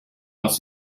els